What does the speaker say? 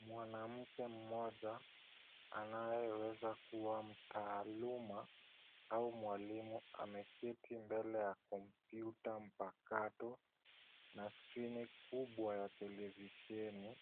Mwanamke mmoja anayeweza kuwa mtaaluma au mwalimu ameketi mbele ya kompyuta mpakato na skrini kubwa ya televisheni